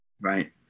Right